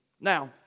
Now